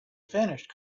finished